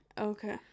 Okay